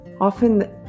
Often